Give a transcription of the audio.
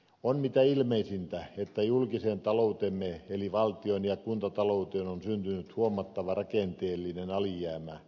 on mitä ilmeisintä että julkiseen talouteemme eli valtion ja kuntatalouteen on syntynyt huomattava rakenteellinen alijäämä